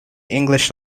english